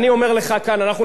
נאריך את הזיכיון.